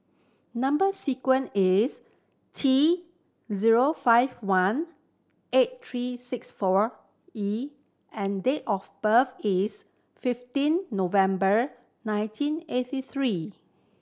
number sequence is T zero five one eight three six four E and date of birth is fifteen November nineteen eighty three